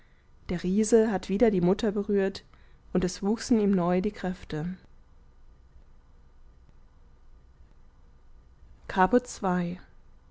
der riese hat wieder die mutter berührt und es wuchsen ihm neu die kräfte caput ii